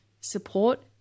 Support